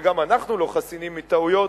וגם אנחנו לא חסינים מטעויות,